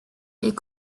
est